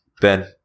Ben